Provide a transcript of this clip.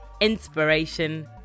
inspiration